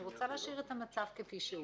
אני רוצה להשאיר את המצב כפי שהוא.